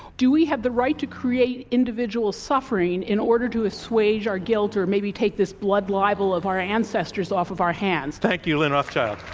do we have the right to create individual suffering in order to assuage our guilt or maybe take this blood libel of our ancestors off of our hands? thank you, lynn rothschild.